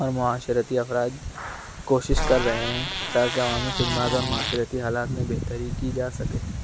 اور معاشرتی افراد کوشش کر رہے ہیں تاکہ عوامی خدمات اور معاشرتی حالات میں بہتری کی جا سکے